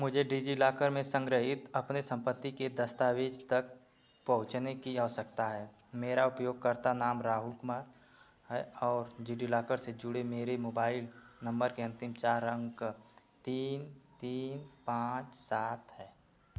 मुझे डिजिलॉकर में संग्रहीत अपने संपत्ति के दस्तावेज़ तक पहुँचने की आवश्यकता है मेरा उपयोगकर्ता नाम राहुल कुमार है और डिजिलॉकर से जुड़े मेरे मोबाइल नम्बर के अंतिम चार अंक तीन तीन पाँच सात है